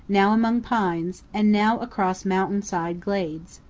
now among pines, and now across mountain-side glades.